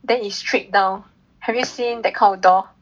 then is straight down have you seen that kind of door